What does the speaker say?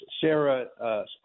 Sarah